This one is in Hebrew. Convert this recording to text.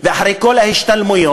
אחרי כל ההשתלמויות,